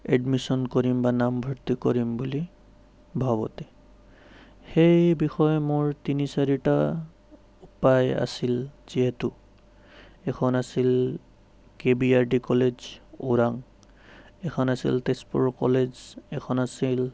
admission কৰিম বা নামভৰ্তি কৰিম বুলি ভাবোঁতে সেই বিষয়ে মোৰ তিনি চাৰিটা উপায় আছিল যিহেতু এখন আছিল K B R D college Orang এখন আছিল তেজপুৰ কলেজ এখন আছিল